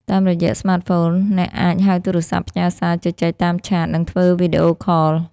តាមរយៈស្មាតហ្វូន អ្នកអាច ហៅទូរស័ព្ទ ផ្ញើសារ ជជែកតាមឆាត និងធ្វើវីដេអូខល។